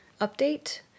update